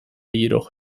jedoch